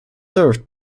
served